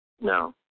No